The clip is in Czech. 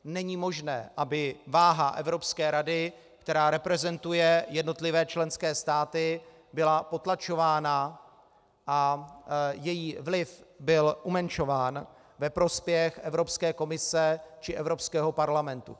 Není možné, aby váha Evropské rady, která reprezentuje jednotlivé členské státy, byla potlačována a její vliv byl umenšován ve prospěch Evropské komise či Evropského parlamentu.